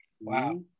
Wow